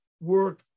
work